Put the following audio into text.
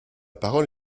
parole